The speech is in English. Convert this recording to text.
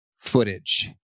footage